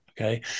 okay